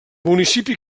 municipi